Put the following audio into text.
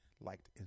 liked